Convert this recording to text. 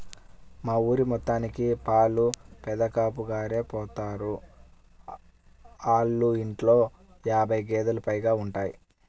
మా ఊరి మొత్తానికి పాలు పెదకాపుగారే పోత్తారు, ఆళ్ళ ఇంట్లో యాబై గేదేలు పైగా ఉంటయ్